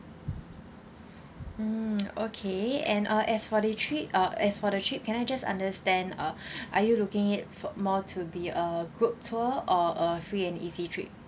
mm okay and uh as for the trip uh as for the trip can I just understand uh are you looking it for more to be a group tour or a free and easy trip